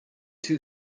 two